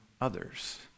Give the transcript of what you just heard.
others